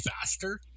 faster